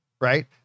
Right